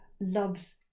loves